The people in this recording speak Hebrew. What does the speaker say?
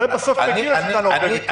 אולי בסוף נגיע לשיטה הנורווגית.